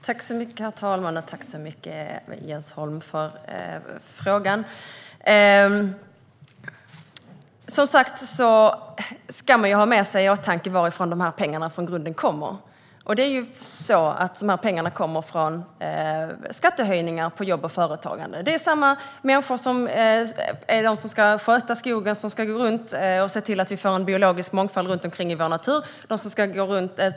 Herr talman! Jag tackar Jens Holm för frågan. Man ska ha i åtanke varifrån dessa pengar kommer från början, och dessa pengar kommer från skattehöjningar på jobb och företagande. Det är samma människor som ska sköta skogen som ska gå runt och se till att vi får en biologisk mångfald i vår natur.